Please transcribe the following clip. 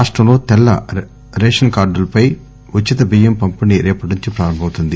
రాష్టం లో తెల్ల కార్డులపై ఉచిత బియ్యం పంపిణీ రేపటి నుంచి ప్రారంభమవుతుంది